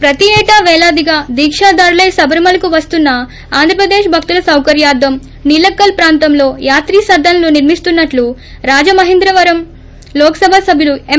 ప్రతి ఏటా వేలాదిగా దీకాధారులై శబరిమలకు వస్తున్న ఆంధ్రప్రదేశ్ భక్తుల సౌకర్యార్లం నీలక్కల్ ప్రాంతంలో యాత్రీ సదస్ లు నిర్మిస్తునట్లు రాజమహేంద్రవరం లోక్ సభ సభ్యులు ఎం